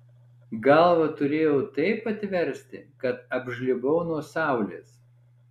galvą turėjau taip atversti kad apžlibau nuo saulės